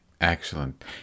Excellent